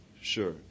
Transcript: Sure